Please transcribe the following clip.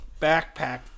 backpack